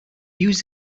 use